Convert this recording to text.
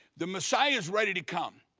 the messiah is ready to come.